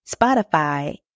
Spotify